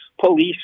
police